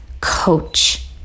coach